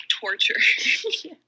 torture